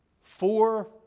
Four